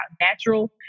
natural